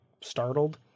startled